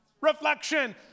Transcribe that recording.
Reflection